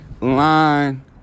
Line